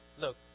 look